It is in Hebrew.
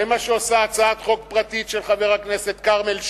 זה מה שעושה הצעת חוק פרטית של חבר הכנסת כרמל שאמה,